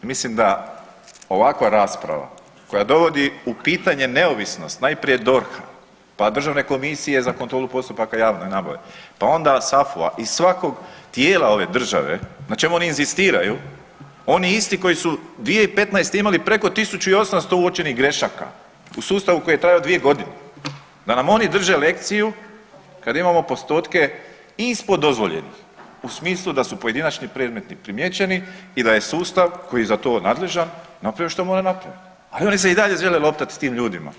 Mislim da ovakva rasprava koja dovodi u pitanje neovisnost, najprije DORH-a, pa Državne komisije za kontrolu postupaka javne nabave, pa onda SAFU-a i svakog tijela ove države na čemu oni inzistiraju, oni isti koji su 2015. imali preko 1.800 uočenih grešaka u sustavu koji je trajao 2.g., da nam oni drže lekciju kad imamo postotke ispod dozvoljenih u smislu da su pojedinačni predmeti primijećeni i da je sustav koji je za to nadležan napravio što mora napravit, ali oni se i dalje žele loptat s tim ljudima.